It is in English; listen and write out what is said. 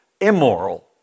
immoral